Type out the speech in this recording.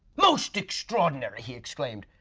most extraordinary! he exclaimed.